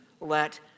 let